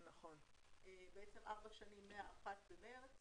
ארבע שנים מה-1 במרס,